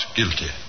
guilty